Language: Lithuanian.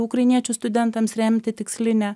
ukrainiečių studentams remti tikslinę